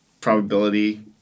probability